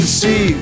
see